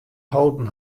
holden